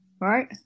right